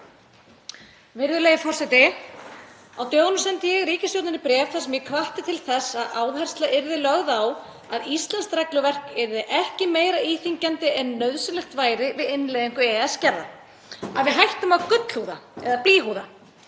Virðulegi forseti. Á dögunum sendi ég ríkisstjórninni bréf þar sem ég hvatti til þess að áhersla yrði lögð á að íslenskt regluverk yrði ekki meira íþyngjandi en nauðsynlegt væri við innleiðingu EES-gerða. Að við hættum að gullhúða eða blýhúða.